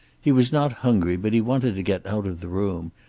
he was not hungry, but he wanted to get out of the room,